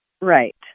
Right